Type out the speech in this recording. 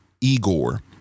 Igor